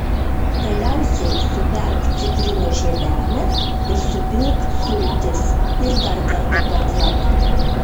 galiausiai suberk citrinos žievelę ir supilk sultis ir dar kartą paplak